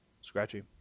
scratchy